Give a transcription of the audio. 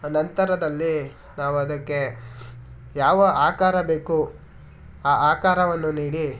ಆನಂತರದಲ್ಲಿ ನಾವು ಅದಕ್ಕೆ ಯಾವ ಆಕಾರ ಬೇಕು ಆ ಆಕಾರವನ್ನು ನೀಡಿ